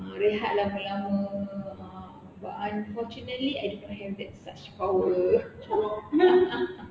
ah rehat lama-lama ah but unfortunately I do not have that such power